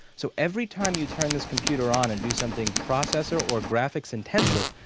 so every time you turn this computer on and do something processor or graphics intensive,